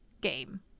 game